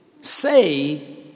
Say